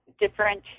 different